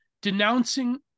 denouncing